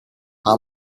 how